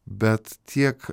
bet tiek